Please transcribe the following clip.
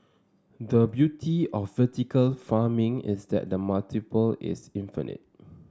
the beauty of vertical farming is that the multiple is infinite